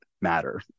matter